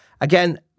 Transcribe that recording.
again